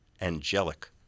angelic